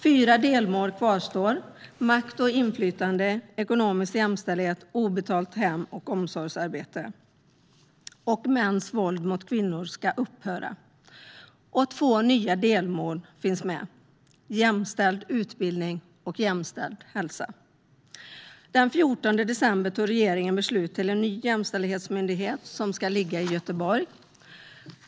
Fyra delmål kvarstår: makt och inflytande, ekonomisk jämställdhet, obetalt hem och omsorgsarbete och att mäns våld mot kvinnor ska upphöra. Två nya delmål finns med: jämställd utbildning och jämställd hälsa. Den 14 december tog regeringen beslut om en ny jämställdhetsmyndighet som ska ligga i Göteborg.